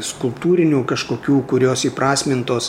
skulptūrinių kažkokių kurios įprasmintos